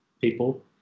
people